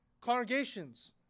congregations